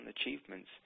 achievements